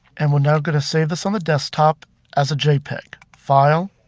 and we're now going to save this on the desktop as a jpeg. file,